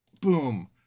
Boom